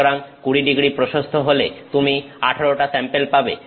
সুতরাং 20º প্রশস্ত হলে তুমি 18টা স্যাম্পেল পাবে